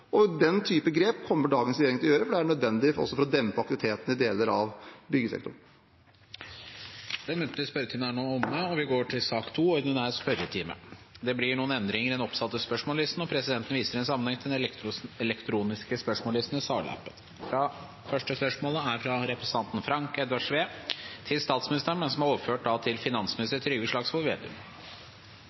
nødvendig også for å dempe aktiviteten i deler av byggesektoren. Den muntlige spørretimen er nå omme Det blir noen endringer i den oppsatte spørsmålslisten, og presidenten viser i den sammenheng til den elektroniske spørsmålslisten i salappen. Endringene var som følger: Spørsmål 1, fra representanten Frank Edvard Sve til statsministeren, er overført til finansministeren. Spørsmål 4, fra representanten Ingjerd Schou til